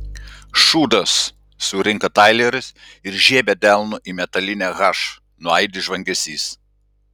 šūdas surinka taileris ir žiebia delnu į metalinę h nuaidi žvangesys